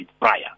prior